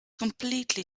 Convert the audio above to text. completely